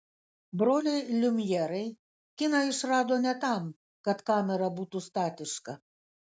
broliai liumjerai kiną išrado ne tam kad kamera būtų statiška